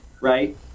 right